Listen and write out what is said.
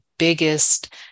biggest